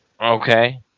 Okay